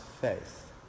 faith